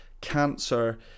cancer